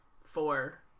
four